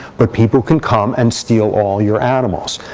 but people can come and steal all your animals.